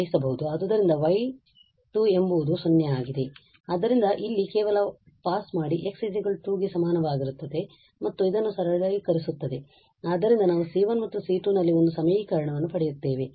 ಆದ್ದರಿಂದ y ಎಂಬುದು 0 ಆಗಿದೆ ಆದ್ದರಿಂದ ನಾವು ಇಲ್ಲಿ ಕೇವಲ ಪಾಸ್ ಮಾಡಿ x 2 ಗೆ ಸಮನಾಗಿರುತ್ತದೆ ಮತ್ತು ಇದನ್ನು ಸರಳೀಕರಿಸುತ್ತದೆ ಆದ್ದರಿಂದ ನಾವು C1 ಮತ್ತು C2 ನಲ್ಲಿ ಒಂದು ಸಮೀಕರಣವನ್ನು ಪಡೆಯುತ್ತೇವೆ